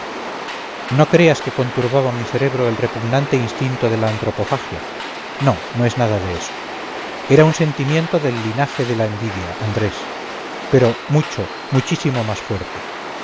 no creas que conturbaba mi cerebro el repugnante instinto de la antropofagia no no es nada de eso era un sentimiento del linaje de la envidia andrés pero mucho muchísimo más fuerte